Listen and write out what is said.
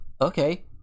okay